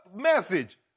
message